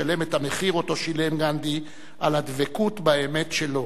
לשלם את המחיר ששילם גנדי על הדבקות באמת שלו.